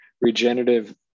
regenerative